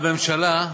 הממשלה,